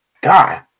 God